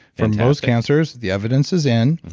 for most cancers, the evidence is in.